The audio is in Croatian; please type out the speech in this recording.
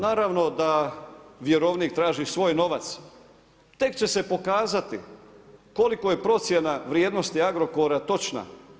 Naravno da vjerovnik traži svoj novac, tek će se pokazati koliko je procjena vrijednosti Agrokora točna.